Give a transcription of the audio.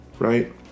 Right